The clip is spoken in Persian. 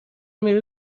میره